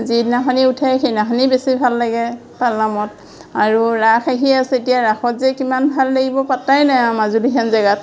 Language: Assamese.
যিদিনাখনি উঠে সেইদিনাখনি বেছি ভাল লাগে পালনামত আৰু ৰাস আহি আছে এতিয়া ৰাসত যে কিমান ভাল লাগিব পাত্তাই নাই আও মাজুলী হেন জেগাত